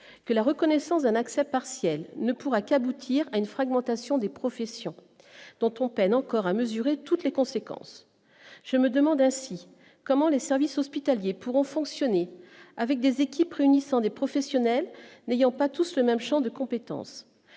que la reconnaissance d'un accès partiel ne pourra qu'aboutir à une fragmentation des professions dont on peine encore à mesurer toutes les conséquences, je me demandais si comment les services hospitaliers pourront fonctionner avec des équipes réunissant des professionnels n'ayant pas tous le même Champ de compétence,